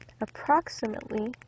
approximately